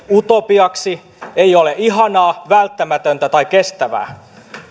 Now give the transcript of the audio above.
utopiaksi ei ole ihanaa välttämätöntä tai kestävää